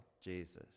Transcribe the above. Jesus